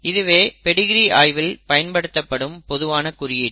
இதுவே பெடிகிரி ஆய்வில் பயன்படுத்தப்படும் பொதுவான குறியீடு